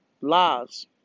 lives